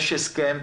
יש הסכם,